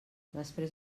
després